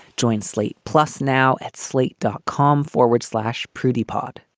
join slate plus now at slate dot com forward slash prudy pod